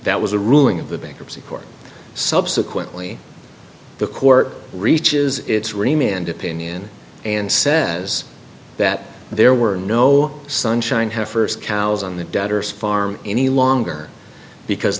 that was a ruling of the bankruptcy court subsequently the court reaches its remit and opinion and says that there were no sunshine heifers cows on the debtors farm any longer because